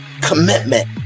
commitment